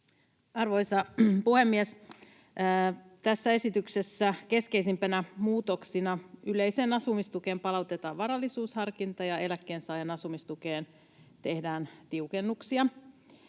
Arvoisa puhemies! Tässä esityksessä keskeisimpinä muutoksina yleiseen asumistukeen palautetaan varallisuusharkinta ja eläkkeensaajan asumistukeen tehdään tiukennuksia.